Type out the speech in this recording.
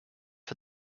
for